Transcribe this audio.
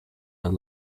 the